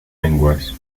lenguas